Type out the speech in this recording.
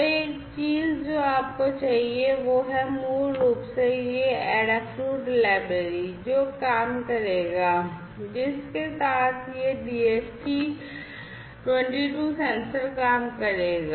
तो एक चीज़ जो आपको चाहिए वो है मूल रूप से ये adafruit Library जो काम करेगा जिसके साथ यह DHT 22 सेंसर काम करेगा